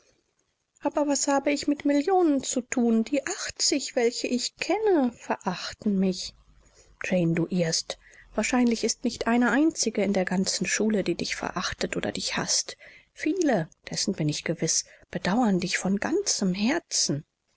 aber was habe ich mit millionen zu thun die achtzig welche ich kenne verachten mich jane du irrst wahrscheinlich ist nicht eine einzige in der ganzen schule die dich verachtet oder dich haßt viele dessen bin ich gewiß bedauern dich von ganzem herzen